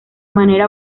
manera